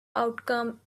outcome